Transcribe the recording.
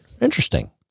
Interesting